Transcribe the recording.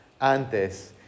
antes